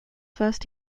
first